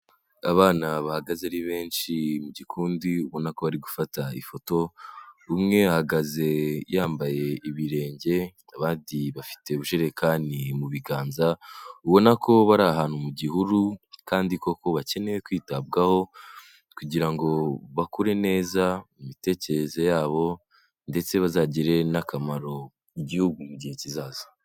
Abana bahagaze ari benshi mu gikundi ubona ko bari gufata ifoto, umwe ahagaze yambaye ibirenge, abandi bafite ubujerekani mu biganza, ubona ko bari ahantu mu gihuru kandi koko bakeneye kwitabwaho kugira ngo bakure neza mu mitekerereze yabo ndetse bazagirire n'akamaro igihugu mu gihe kizaza.